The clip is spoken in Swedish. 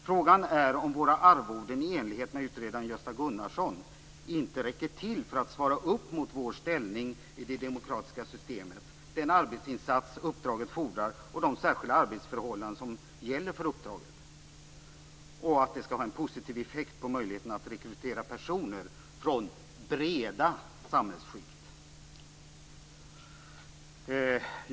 Frågan är om våra arvoden i enlighet med utredaren Gösta Gunnarsson inte räcker till för att svara upp mot vår ställning i det demokratiska systemet, den arbetsinsats uppdraget fordrar, de särskilda arbetsförhållanden som gäller för uppdraget och att det skall ha en positiv effekt på möjligheten att rekrytera personer från breda samhällsskikt.